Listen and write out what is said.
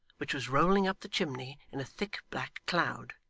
which was rolling up the chimney in a thick black cloud.